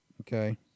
Okay